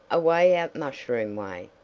away out mushroom way.